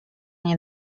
nie